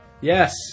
Yes